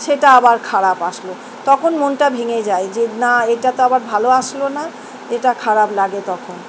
সেটা আবার খারাপ আসলো তখন মনটা ভেঙে যায় যে না এটা তো আবার ভালো আসলো না এটা খারাপ লাগে তখন